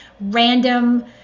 random